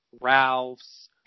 Ralph's